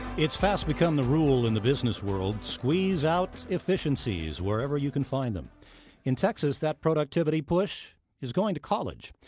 it's fast become the rule in the business world squeeze out efficiencies, wherever you can find them in texas, that productivity push is going to college.